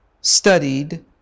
studied